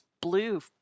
blue